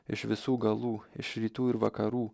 iš visų galų iš rytų ir vakarų